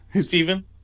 Stephen